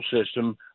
system